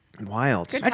Wild